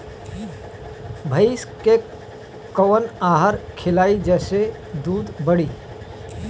भइस के कवन आहार खिलाई जेसे दूध बढ़ी?